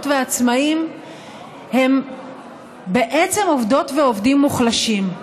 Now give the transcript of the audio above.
ועצמאים הם בעצם עובדות ועובדים מוחלשים,